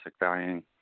dying